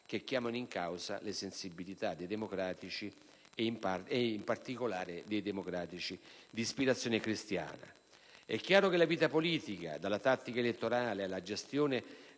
che chiamano in causa le sensibilità dei democratici e in particolare di quelli d'ispirazione cristiana. È chiaro che la vita politica, dalla tattica elettorale alla gestione